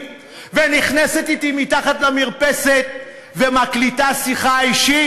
ונכנסת אתי מתחת למרפסת ומקליטה שיחה אישית?